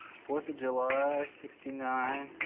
fourth of july, sixty nine.